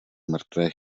mrtvé